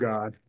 God